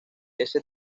ese